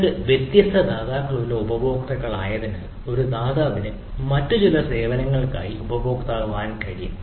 നിങ്ങൾക്ക് വ്യത്യസ്ത ദാതാക്കളുള്ള ഉപയോക്താക്കളായതിനാൽ ഒരു ദാതാവിന് മറ്റ് ചില സേവനങ്ങൾക്കായി ഉപഭോക്താവാകാൻ കഴിയും